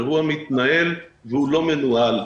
האירוע מתנהל והוא לא מנוהל.